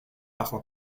bajo